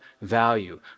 value